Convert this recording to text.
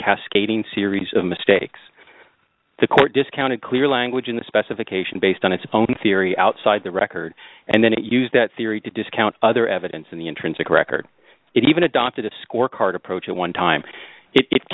cascading series of mistakes the court discounted clear language in the specification based on its own theory outside the record and then it used that theory to discount other evidence in the intrinsic record it even adopted a score card approach at one time it